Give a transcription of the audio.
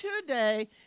today